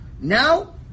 Now